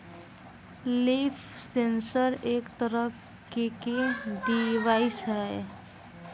leaf sensor एक तरह के के डिवाइस ह